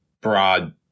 broad